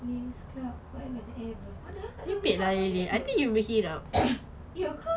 winx club forever and ever mana ah tak ada ah winx club punya lyrics iya ke